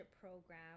program